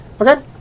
Okay